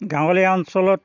গাঁৱলীয়া অঞ্চলত